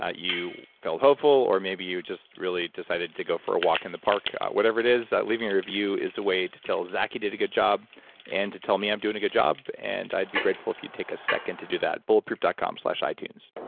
ah you felt hopeful, or maybe you just really decided to go for a walk in the park. whatever it is, leave me your review. it's a way to tell zach he did a good job and to tell me i'm doing a good job. and i'd be grateful if you'd take a second to do that. bulletproof dot com slash itunes